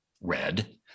red